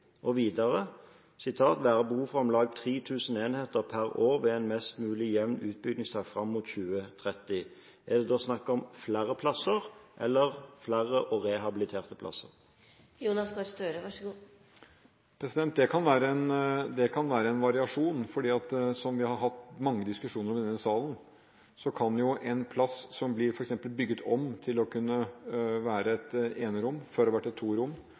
Og videre at det vil «være behov for om lag 3000 enheter per år ved en mest mulig jevn utbyggingstakt fram mot 2030.» Er det da snakk om flere plasser eller flere rehabiliterte plasser? Det kan være en variasjon. Som vi har hatt mange diskusjoner om i denne salen, kan en plass som f.eks. blir bygget om til et enerom – fra å ha vært to rom